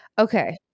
Okay